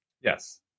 Yes